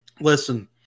Listen